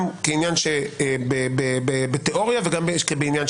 גם מהבחינה התיאורטית וגם כעובדה.